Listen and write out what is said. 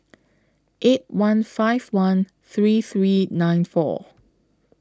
eight one five one three three nine four